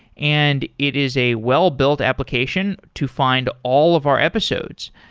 and it is a well-built application to find all of our episodes.